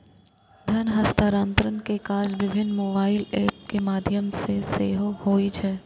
धन हस्तांतरण के काज विभिन्न मोबाइल एप के माध्यम सं सेहो होइ छै